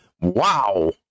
Wow